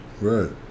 Right